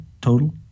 total